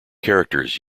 characters